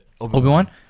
Obi-Wan